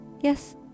Yes